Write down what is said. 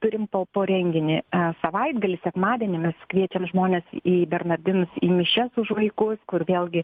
turim po po renginį savaitgalį sekmadienį mes kviečiam žmones į bernardinus į mišias už vaikus kur vėlgi